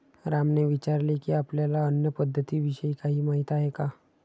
रामने विचारले की, आपल्याला अन्न पद्धतीविषयी काही माहित आहे का?